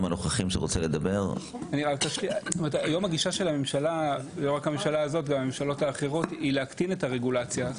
אלא גם של הממשלות האחרות היא להקטין ולשפר את הרגולציה,